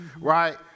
right